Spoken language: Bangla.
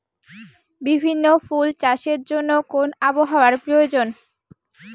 বিভিন্ন ফুল চাষের জন্য কোন আবহাওয়ার প্রয়োজন?